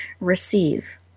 receive